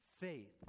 faith